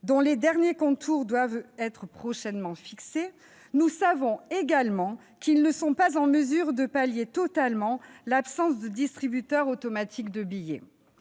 dont les derniers contours doivent être prochainement fixés, nous savons que ces dispositifs ne sont pas en mesure de pallier totalement l'absence de distributeurs automatiques de billets.